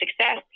success